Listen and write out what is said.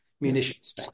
munitions